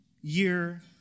year